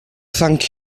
thank